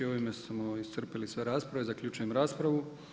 Ovime smo iscrpili sve rasprave, zaključujem raspravu.